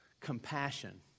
compassion